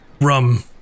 rum